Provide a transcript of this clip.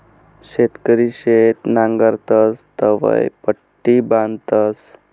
शेतकरी शेत नांगरतस तवंय पट्टी बांधतस